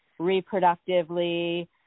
reproductively